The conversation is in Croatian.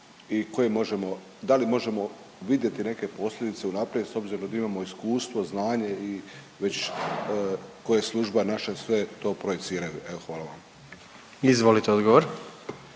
da li možemo vidjeti neke posljedice unaprijed s obzirom da imamo iskustvo, znanje i već koje služba naša sve to projiciraju? Evo, hvala vam. **Jandroković,